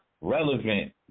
relevant